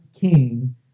king